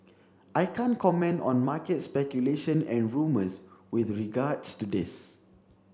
I can't comment on market speculation and rumours with regards to this